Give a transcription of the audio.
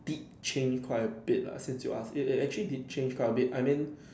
did change quite a bit lah since you asked it it actually did change quite a bit I mean